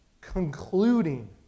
Concluding